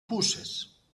puces